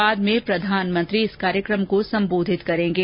बाद में प्रधानमंत्री इस कार्यक्रम को संबोधित करेंगे